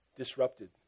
disrupted